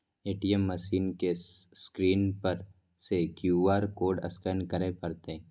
ATM machine के screen पर सं क्यू.आर कोड स्कैन करय पड़तै